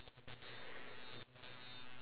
ya true